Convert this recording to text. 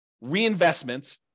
reinvestment